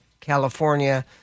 California